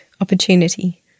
opportunity